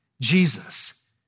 Jesus